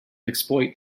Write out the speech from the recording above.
exploit